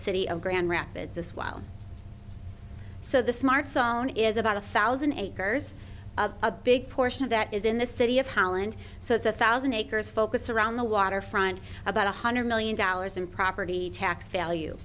city of grand rapids as well so the smarts own is about a thousand acres a big portion of that is in the city of holland so it's a thousand acres focus around the waterfront about one hundred million dollars in property tax value